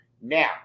now